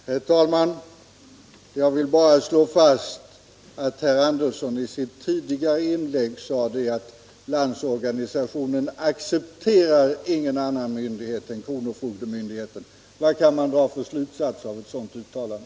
Herr talman! Jag vill bara slå fast att herr Andersson i Södertälje i sitt tidigare inlägg sade att Landsorganisationen accepterar ingen annan myndighet än kronofogdemyndigheten. Vad kan man dra för slutsatser av ett sådant uttalande?